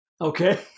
Okay